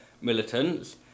militants